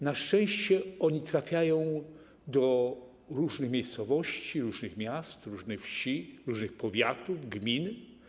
Na szczęście oni trafiają do różnych miejscowości, różnych miast, różnych wsi, różnych powiatów, gmin.